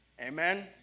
Amen